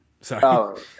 Sorry